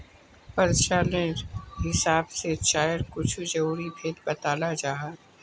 प्रचालानेर हिसाब से चायर कुछु ज़रूरी भेद बत्लाल जाहा